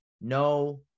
No